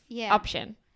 option